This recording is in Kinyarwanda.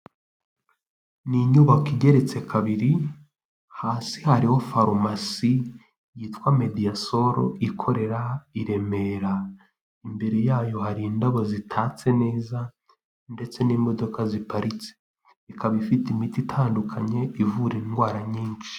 Ni inyubako igeretse kabiri, hasi hariho farumasi yitwa Mediasol ikorera i Remera. Imbere yayo hari indabo zitatse neza ndetse n'imodoka ziparitse, ikaba ifite imiti itandukanye ivura indwara nyinshi.